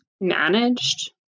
managed